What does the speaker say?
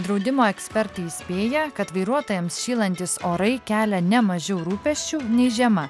draudimo ekspertai įspėja kad vairuotojams šylantys orai kelia ne mažiau rūpesčių nei žiema